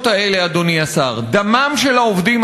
תסכמו.